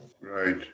Right